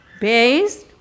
base